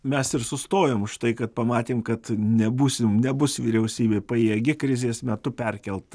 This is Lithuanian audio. mes ir sustojom už tai kad pamatėm kad nebūsim nebus vyriausybė pajėgi krizės metu perkelt